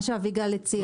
מה שאביגיל הציעה.